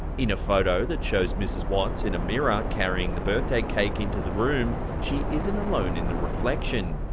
in a photo that shows mrs. watts in a mirror carrying the birthday cake into the room, she isn't alone in the reflection.